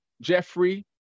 Jeffrey